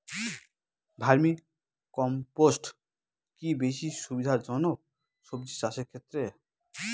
Vermi compost কি বেশী সুবিধা জনক সবজি চাষের ক্ষেত্রে?